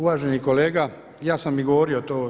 Uvaženi kolega ja sam i govorio to.